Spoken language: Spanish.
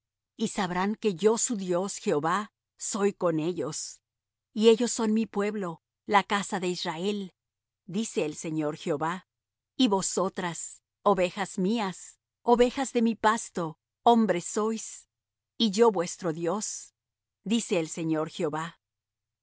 y sabrán que yo su dios jehová soy con ellos y ellos son mi pueblo la casa de israel dice el señor jehová y vosotras ovejas mías ovejas de mi pasto hombres sois y yo vuestro dios dice el señor jehová